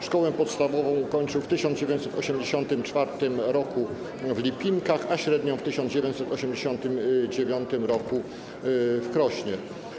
Szkołę podstawową ukończył w 1984 r. w Lipinkach, a średnią w 1989 r. w Krośnie.